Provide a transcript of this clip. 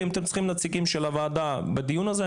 ואם אתם צריכים נציגים של הוועדה בדיון הזה,